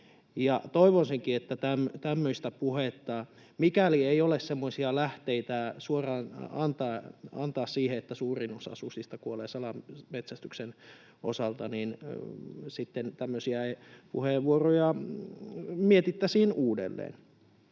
Toivoisinkin, että mikäli ei ole semmoisia lähteitä suoraan antaa siihen, että suurin osa susista kuolee salametsästyksen osalta, niin sitten tämmöisiä puheenvuoroja mietittäisiin uudelleen.